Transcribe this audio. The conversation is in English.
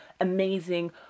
amazing